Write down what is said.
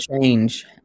change